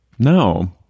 no